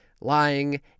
lying